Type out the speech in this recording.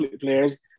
players